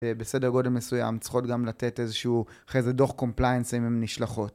בסדר גודל מסוים צריכות גם לתת איזשהו איזה דוח קומפליינס אם הן נשלחות.